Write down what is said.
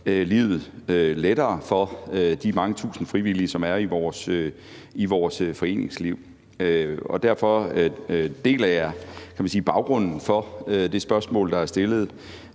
livet lettere for de mange tusind frivillige, som er i vores foreningsliv. Derfor deler jeg baggrunden for det spørgsmål, der er stillet.